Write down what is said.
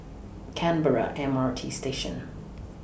Canberra M R T Station